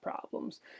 problems